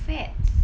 the fats